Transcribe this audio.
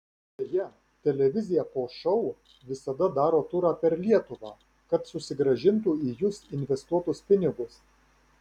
beje televizija po šou visada daro turą per lietuvą kad susigrąžintų į jus investuotus pinigus